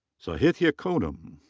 sahithya kodam.